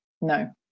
No